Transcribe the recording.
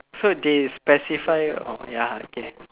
so they specify orh ya okay